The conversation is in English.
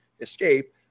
escape